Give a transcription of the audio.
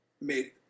made